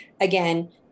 again